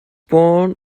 born